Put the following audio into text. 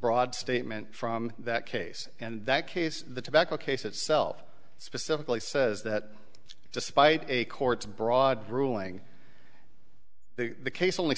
broad statement from that case and that case the tobacco case itself specifically says that despite a court's broad ruling case only